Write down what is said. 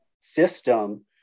system